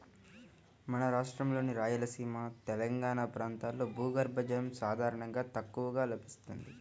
మన రాష్ట్రంలోని రాయలసీమ, తెలంగాణా ప్రాంతాల్లో భూగర్భ జలం సాధారణంగా తక్కువగా లభిస్తుంది